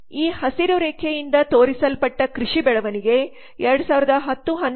ಈ ಹಸಿರು ರೇಖೆಯಿಂದ ತೋರಿಸಲ್ಪಟ್ಟ ಕೃಷಿ ಬೆಳವಣಿಗೆ 2010 11ರಿಂದ 2011 12ಕ್ಕೆ ಇಳಿದಿದೆ